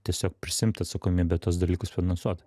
tiesiog prisiimt atsakomybę tuos dalykus finansuot